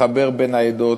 מחבר בין העדות,